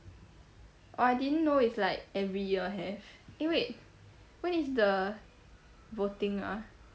orh I didn't know it's like every year have eh wait when is the voting ah